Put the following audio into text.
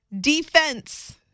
defense